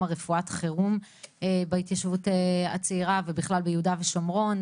רפואת החירום בהתיישבות הצעירה ובכלל ביהודה ושומרון,